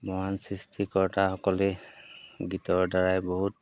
মহান সৃষ্টিকৰ্তাসকলেই গীতৰদ্বাৰাই বহুত